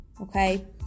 okay